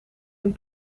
een